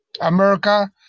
America